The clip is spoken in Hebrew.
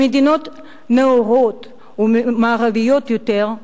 במדינות הנאורות המערביות ביותר,